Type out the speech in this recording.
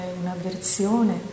un'avversione